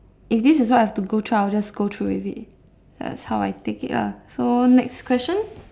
if this is what I have to go through I will just go through with it that's how I take it lah so next question